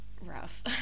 rough